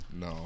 no